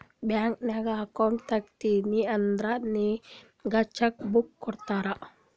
bank ನಾಗ್ account ತೆಗ್ಸಿದಿ ಅಂದುರ್ ನಿಂಗ್ ಚೆಕ್ ಬುಕ್ ಕೊಡ್ತಾರ್